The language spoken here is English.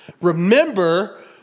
Remember